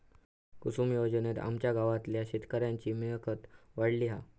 कुसूम योजनेत आमच्या गावातल्या शेतकऱ्यांची मिळकत वाढली हा